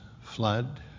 flood